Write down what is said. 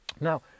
Now